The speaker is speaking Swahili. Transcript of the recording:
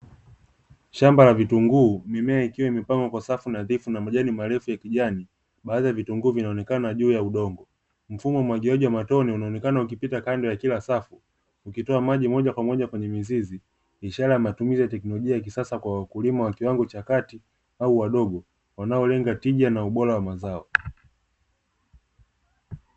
Shamba la vitunguu, mimea ikiwa imepangwa kwa safu nadhifu na majani marefu ya kijani, baadhi ya vitunguu vinaonekana juu ya udongo. Mfumo wa umwagiliaji wa matone unaonekana ukipita kando ya kila safu, ukitoa maji moja kwa moja kwenye mizizi, ishara ya matumizi ya teknolojia ya kisasa kwa wakulima wa kiwango cha kati au wadogo, wanaolenga tija na ubora wa mazao.